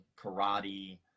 karate